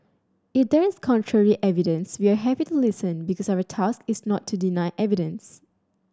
if there's contrary evidence we are happy to listen because our task is not to deny evidence